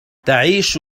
تعيش